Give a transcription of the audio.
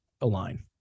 align